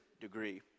degree